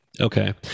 Okay